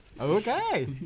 Okay